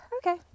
Okay